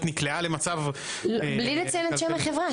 נקלעה למצב --- בלי לציין את שם החברה,